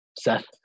Seth